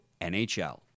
NHL